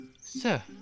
Sir